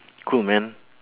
cold man